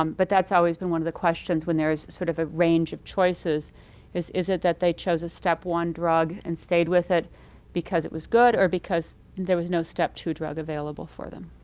um but that's always been one of the questions when there is sort of a range of choices is, is it that they chose the step one drug and stayed with it because it was good, or because there was no step two drug available for them?